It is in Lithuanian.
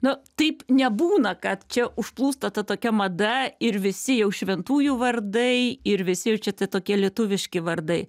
nu taip nebūna kad čia užplūsta ta tokia mada ir visi jau šventųjų vardai ir visi jau čia tie tokie lietuviški vardai